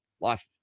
life